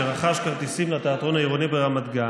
רונן, שרכש כרטיסים לתיאטרון העירוני ברמת גן,